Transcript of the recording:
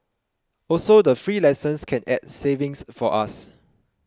also the free lessons can add savings for us